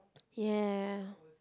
ya